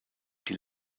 die